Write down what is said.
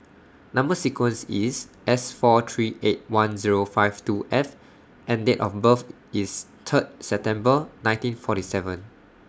Number sequence IS S four three eight one Zero five two F and Date of birth IS Third September nineteen forty seven